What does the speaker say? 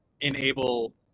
enable